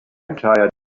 entire